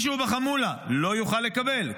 כשמישהו בחמולה הוא לא יוכל לקבל.